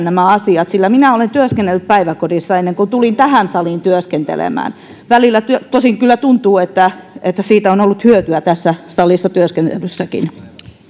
nämä asiat sillä minä olen työskennellyt päiväkodissa ennen kuin tulin tähän saliin työskentelemään välillä tosin kyllä tuntuu että että siitä on on ollut hyötyä tässä salissa työskentelyssäkin